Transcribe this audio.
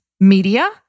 media